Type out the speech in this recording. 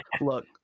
Look